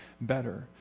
better